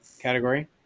category